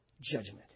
judgment